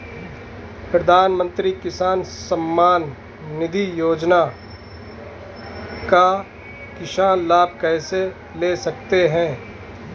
प्रधानमंत्री किसान सम्मान निधि योजना का किसान लाभ कैसे ले सकते हैं?